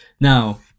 Now